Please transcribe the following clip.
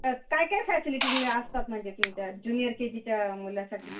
तर काय काय फॅसिलिटीज असतात म्हणजे तुमच्या जुनिअर के जीच्या मुलांसाठी